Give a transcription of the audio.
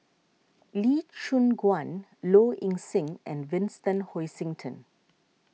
Lee Choon Guan Low Ing Sing and Vincent Hoisington